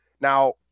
Now